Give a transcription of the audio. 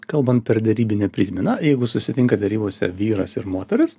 kalbant per derybinę prizmę na jeigu susitinka derybose vyras ir moteris